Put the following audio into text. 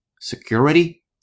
security